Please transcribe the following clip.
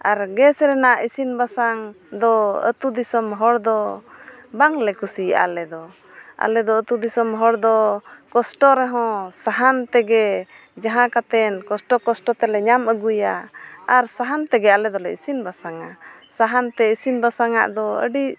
ᱟᱨ gas ᱨᱮᱱᱟᱜ ᱤᱥᱤᱱ ᱵᱟᱥᱟᱝ ᱫᱚ ᱟᱹᱛᱩ ᱫᱤᱥᱚᱢ ᱦᱚᱲ ᱫᱚ ᱵᱟᱝᱞᱮ ᱠᱩᱥᱤᱭᱟᱜᱼᱟ ᱟᱞᱮᱫᱚ ᱟᱹᱛᱩ ᱫᱤᱥᱚᱢ ᱦᱚᱲ ᱫᱚ ᱠᱚᱥᱴᱚ ᱨᱮᱦᱚᱸ ᱥᱟᱦᱟᱱ ᱛᱮᱜᱮ ᱡᱟᱦᱟᱸ ᱠᱟᱛᱮᱫ ᱠᱚᱥᱴᱚ ᱠᱚᱥᱴᱚ ᱛᱮᱞᱮ ᱧᱟᱢ ᱟᱹᱜᱩᱭᱟ ᱟᱨ ᱥᱟᱦᱟᱱ ᱛᱮᱜᱮ ᱟᱞᱮᱫᱚᱞᱮ ᱤᱥᱤᱱ ᱵᱟᱥᱟᱝᱼᱟ ᱥᱟᱦᱟᱱᱛᱮ ᱤᱥᱤᱱ ᱵᱟᱥᱟᱝᱼᱟᱜ ᱫᱚ ᱟᱹᱰᱤ